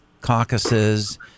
caucuses